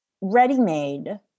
ready-made